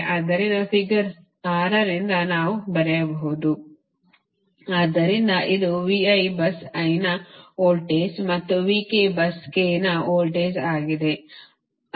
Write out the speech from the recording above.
ಆದ್ದರಿಂದ ಫಿಗರ್ 6 ರಿಂದ ನಾವು ಬರೆಯಬಹುದು ಆದ್ದರಿಂದಇದು ಬಸ್ i ನ ವೋಲ್ಟೇಜ್ ಮತ್ತು bus k ನ ವೋಲ್ಟೇಜ್ ಆಗಿದೆ